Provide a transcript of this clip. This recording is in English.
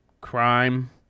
crime